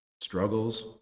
struggles